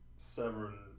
seven